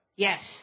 Yes